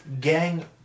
gang